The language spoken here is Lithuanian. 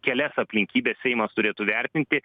kelias aplinkybes seimas turėtų vertinti